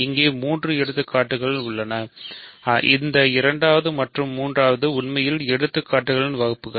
இங்கே மூன்று எடுத்துக்காட்டுகள் உள்ளன இந்த இரண்டாவது மற்றும் மூன்றாவது உண்மையில் எடுத்துக்காட்டுகளின் வகுப்புகள்